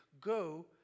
go